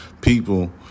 people